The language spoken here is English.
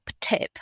tip